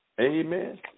Amen